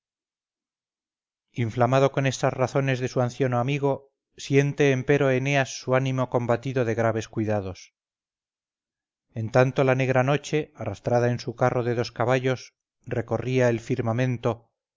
inflamado con estas razones de su anciano amigo siente empero eneas su ánimo combatido de graves cuidados en tanto la negra noche arrastrada en su carro de dos caballos recorría el firmamento